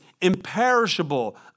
imperishable